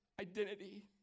identity